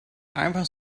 einfach